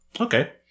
Okay